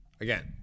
Again